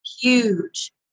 huge